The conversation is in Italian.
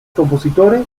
compositore